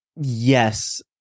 yes